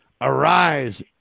Arise